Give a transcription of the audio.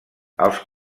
els